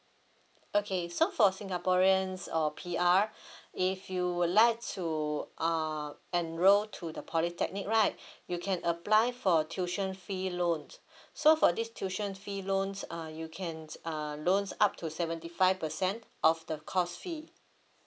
okay so for singaporeans or P_R if you would like to uh enroll to the polytechnic right you can apply for tuition fee loans so for this tuition fee loans uh you can uh loans up to seventy five percent of the course fee